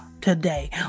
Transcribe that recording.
today